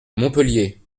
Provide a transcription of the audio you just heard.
montpellier